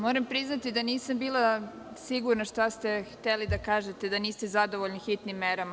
Moram priznati da nisam bila sigurna šta ste hteli da kažete, da niste zadovoljni hitnim merama.